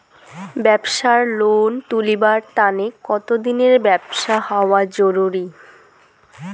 ব্যাবসার লোন তুলিবার তানে কতদিনের ব্যবসা হওয়া জরুরি?